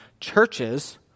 churches